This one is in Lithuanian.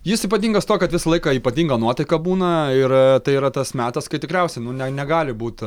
jis ypatingas tuo kad visą laiką ypatinga nuotaika būna ir tai yra tas metas kai tikriausiai nu ne negali būt